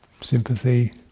sympathy